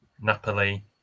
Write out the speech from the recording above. Napoli